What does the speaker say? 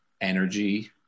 energy